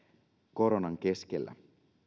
koronan keskellä